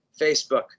Facebook